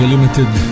Limited